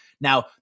Now